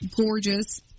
gorgeous